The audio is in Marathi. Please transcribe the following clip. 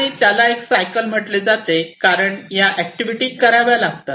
आणि त्याला एक सायकल म्हटले जाते कारण या ऍक्टिव्हिटी कराव्या लागतात